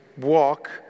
walk